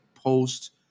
Post